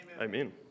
Amen